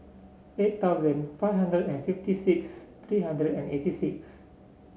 eight thousand five hundred and fifty six three hundred and eighty six